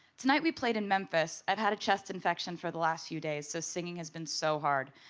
tonight we played in memphis. i've had a chest infection for the last few days so singing has been so hard.